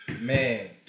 Man